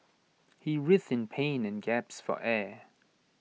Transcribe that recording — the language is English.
he writhed in pain and gasped for air